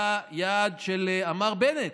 היה יעד שאמר בנט,